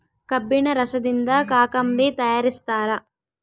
ಕಬ್ಬಿಣ ರಸದಿಂದ ಕಾಕಂಬಿ ತಯಾರಿಸ್ತಾರ